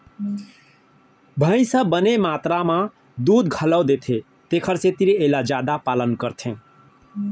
भईंस ह बने मातरा म दूद घलौ देथे तेकर सेती एला जादा पालन करथे